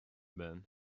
been